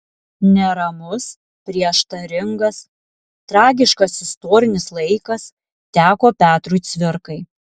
neramus prieštaringas tragiškas istorinis laikas teko petrui cvirkai